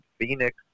Phoenix